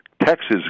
Texas